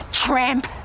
tramp